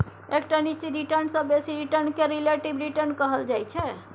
एकटा निश्चित रिटर्न सँ बेसी रिटर्न केँ रिलेटिब रिटर्न कहल जाइ छै